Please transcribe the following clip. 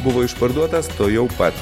buvo išparduotas tuojau pat